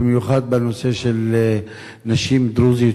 במיוחד בנושא של נשים דרוזיות,